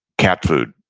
cat food,